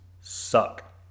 suck